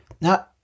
now